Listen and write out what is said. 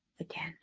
again